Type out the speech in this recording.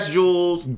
Jules